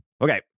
Okay